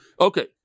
Okay